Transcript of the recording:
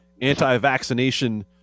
anti-vaccination